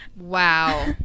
Wow